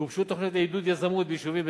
6. גובשו תוכניות לעידוד יזמות ביישובים,